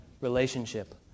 relationship